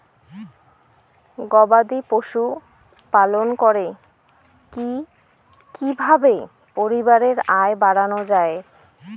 গবাদি পশু পালন করে কি কিভাবে পরিবারের আয় বাড়ানো যায়?